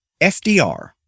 FDR